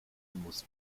muss